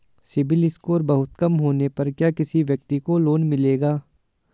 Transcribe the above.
CIBIL score बहुत कम होने पर क्या किसी व्यक्ति को लोंन मिलेगा?